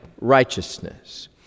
righteousness